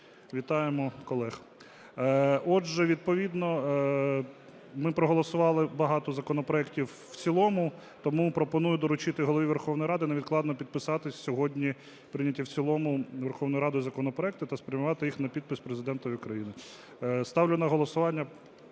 Вітаємо колег. Отже, відповідно ми проголосували багато законопроектів в цілому, тому пропоную доручити Голові Верховної Ради невідкладно підписати сьогодні прийняті в цілому Верховною Радою законопроекти та спрямувати їх на підпис Президенту України. Ставлю на голосування.